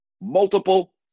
multiple